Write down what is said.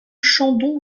chandon